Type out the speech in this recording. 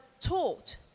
taught